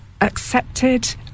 accepted